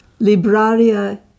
Libraria